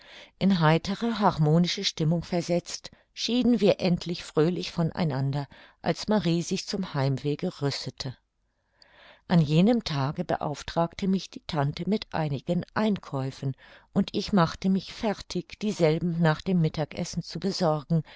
in heitere harmonische stimmung versetzt schieden wir endlich fröhlich von einander als marie sich zum heimwege rüstete an jenem tage beauftragte mich die tante mit einigen einkäufen und ich machte mich fertig dieselben nach dem mittagessen zu besorgen